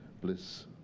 Bliss